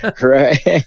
Right